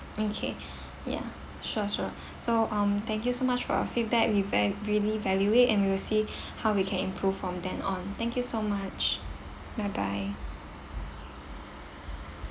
okay ya sure sure so um thank you so much our feedback we va~ really value it and we will see how we can improve from then on thank you so much bye bye